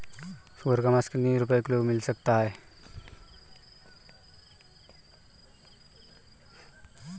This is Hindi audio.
सुअर का मांस कितनी रुपय किलोग्राम मिल सकता है?